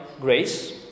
grace